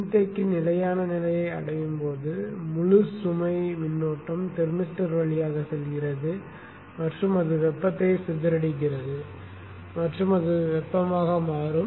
மின்தேக்கி நிலையான நிலையை அடையும் போது முழு சுமை மின்னோட்டம் தெர்மிஸ்டர் வழியாக செல்கிறது மற்றும் அது வெப்பத்தை சிதறடிக்கிறது மற்றும் அது வெப்பமாக மாறும்